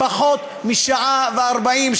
פחות משעה ו-40,